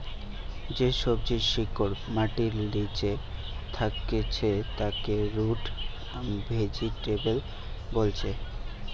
যে সবজির শিকড় মাটির লিচে থাকছে তাকে রুট ভেজিটেবল বোলছে